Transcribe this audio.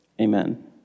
Amen